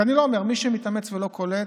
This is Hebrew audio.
אני לא אומר, מי שמתאמץ ולא קולט,